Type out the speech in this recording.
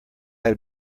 have